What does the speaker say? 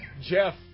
Jeff